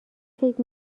فکر